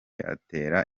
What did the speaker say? yatera